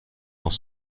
dans